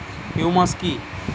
Humus কি?